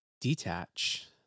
detach